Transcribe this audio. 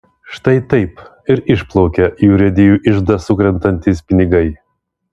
štai taip ir išplaukia į urėdijų iždą sukrentantys pinigai